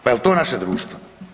Pa jel to naše društvo?